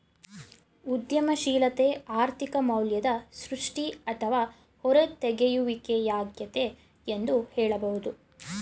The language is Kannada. ಉದ್ಯಮಶೀಲತೆ ಆರ್ಥಿಕ ಮೌಲ್ಯದ ಸೃಷ್ಟಿ ಅಥವಾ ಹೂರತೆಗೆಯುವಿಕೆ ಯಾಗೈತೆ ಎಂದು ಹೇಳಬಹುದು